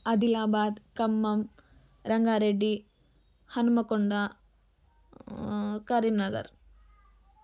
Adilabad Khammam Rangareddy Hanumakonda Karimnagar